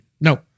No